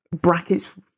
brackets